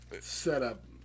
setup